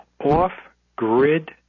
off-grid